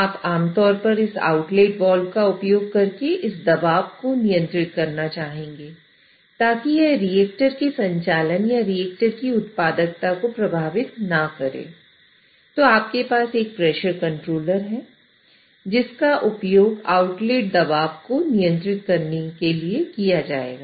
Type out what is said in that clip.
आप आमतौर पर इस आउटलेट वाल्व खुल जाएगा